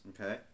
Okay